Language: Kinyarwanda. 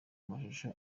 amashusho